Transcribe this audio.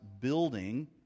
building